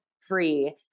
free